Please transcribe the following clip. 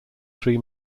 three